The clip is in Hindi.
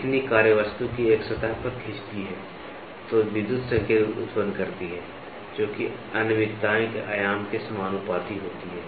लेखनी कार्यवस्तु की एक सतह पर खींचती है जो विद्युत संकेत उत्पन्न करती है जो कि अनियमितताएं के आयाम के समानुपाती होती है